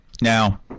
now